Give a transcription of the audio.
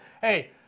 Hey